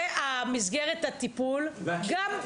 ומסגרת הטיפול גם.